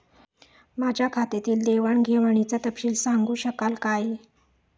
माझ्या खात्यातील देवाणघेवाणीचा तपशील सांगू शकाल काय?